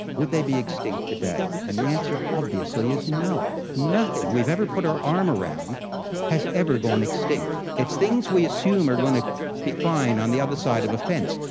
would they be extinct today? and the answer obviously is no. nothing we've ever put our arm around has ever gone extinct. it's things we assume are going to be fine on the other side of a fence,